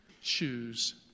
Choose